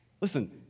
Listen